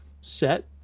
set